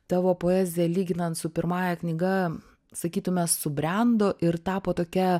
tavo poezija lyginant su pirmąja knyga sakytume subrendo ir tapo tokia